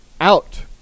out